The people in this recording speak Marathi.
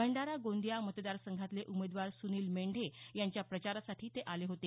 भंडारा गोंदिया मतदार संघातले उमेदवार सुनिल मेंढे यांच्या प्रचारासाठी ते आले होते